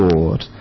Lord